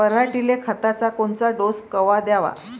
पऱ्हाटीले खताचा कोनचा डोस कवा द्याव?